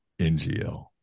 Ngl